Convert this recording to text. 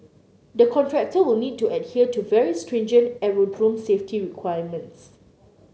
the contractor will need to adhere to very stringent aerodrome safety requirements